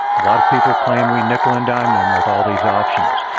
a lot of people claim we nickel and dime them with all these options.